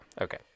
Okay